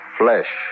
flesh